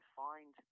find